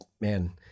man